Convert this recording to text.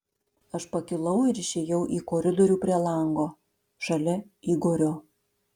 aš pakilau ir išėjau į koridorių prie lango šalia igorio